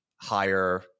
higher